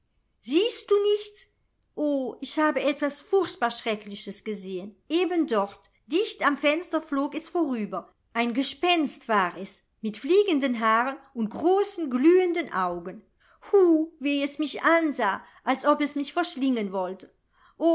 siehst du nichts o ich habe etwas furchtbar schreckliches gesehen eben dort dicht am fenster flog es vorüber ein gespenst war es mit fliegenden haaren und großen glühenden augen hu wie es mich ansah als ob es mich verschlingen wollte